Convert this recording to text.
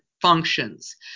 functions